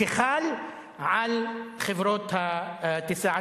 שחל על חברות הטיסה,